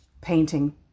painting